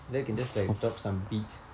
then you can just like drop some beat